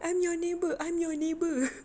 I'm your neighbour I'm your neighbour